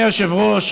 אדוני היושב-ראש,